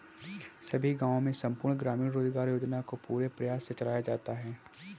सभी गांवों में संपूर्ण ग्रामीण रोजगार योजना को पूरे प्रयास से चलाया जाता है